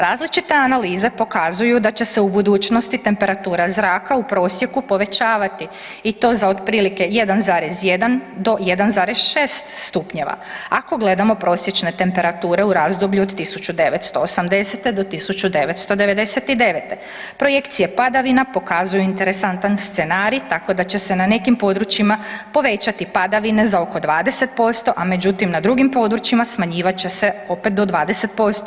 Različite analize pokazuju da će se u budućnosti temperatura zraka u prosjeku povećavati i to za otprilike 1,1 do 1,6 stupnjeva, ako gledamo prosječne temperature u razdoblju od 1980.-1999., projekcije padavina pokazuju interesantan scenarij tako da će se na nekim područjima povećati padavine za oko 20%, a međutim na drugim područjima smanjivat će opet do 20%